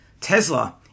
Tesla